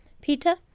Peter